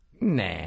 Nah